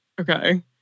Okay